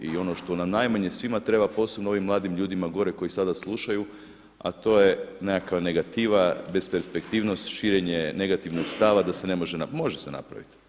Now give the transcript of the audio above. I ono što nam najmanje svima treba, posebno ovim mladim ljudima gore koji sada slušaju a to je nekakva negativa, besperspektivnost, širenje negativnog stava da se ne može napraviti, može se napraviti.